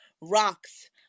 rocks